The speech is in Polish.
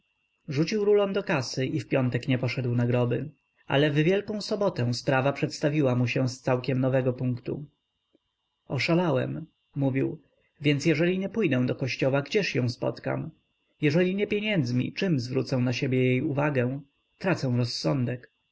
rzucił rulon do kasy i w piątek nie poszedł na groby ale w wielką sobotę sprawa przedstawiła mu się całkiem z nowego punktu oszalałem mówił więc jeżeli nie pójdę do kościoła gdzież ją spotkam jeżeli nie pieniędzmi czem zwrócę na siebie jej uwagę tracę rozsądek